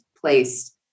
placed